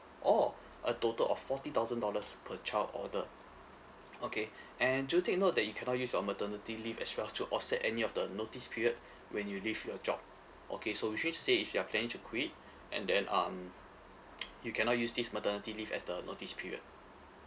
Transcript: or a total of forty thousand dollars per child order okay and do take note that you cannot use your maternity leave as well to offset any of the notice period when you leave your job okay so which means to say if you are planning to quit and then um you cannot use this maternity leave as the notice period